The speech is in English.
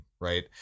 right